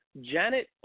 Janet